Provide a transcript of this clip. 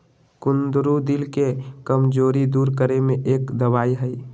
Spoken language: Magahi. कुंदरू दिल के कमजोरी दूर करे में एक दवाई हई